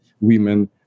women